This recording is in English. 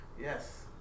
Yes